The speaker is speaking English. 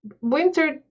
winter